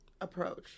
approach